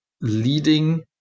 leading